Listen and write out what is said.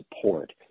support